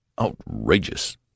Outrageous